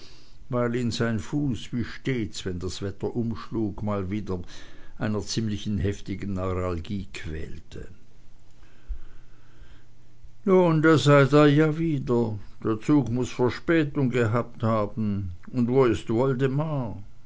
weil ihn sein fuß wie stets wenn das wetter umschlug mal wieder mit einer ziemlich heftigen neuralgie quälte nun da seid ihr ja wieder der zug muß verspätung gehabt haben und wo ist woldemar